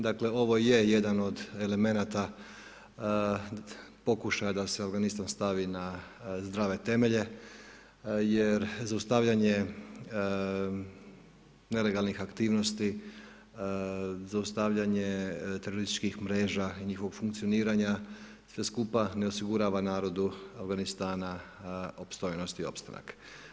Dakle, ovo je jedan od elemenata pokušaja da se Afganistan stavi na zdrave temelje jer zaustavljanje nelegalnih aktivnosti, zaustavljanje terorističkih mreža i njihovog funkcioniranja sve skupa ne osigurava narodu Afganistana opstojnost i opstanak.